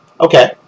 Okay